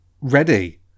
ready